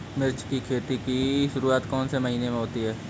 मिर्च की खेती की शुरूआत कौन से महीने में होती है?